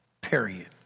period